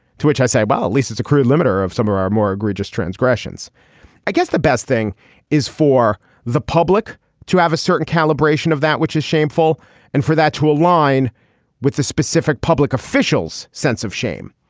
to which i say while at least is a crude limiter of some of our more egregious transgressions i guess the best thing is for the public to have a certain calibration of that which is shameful and for that to align with the specific public officials sense of shame.